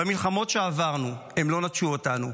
במלחמות שעברנו, והם לא נטשו אותנו.